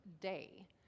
day